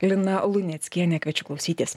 lina luneckienė kviečiu klausytis